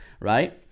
right